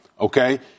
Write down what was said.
Okay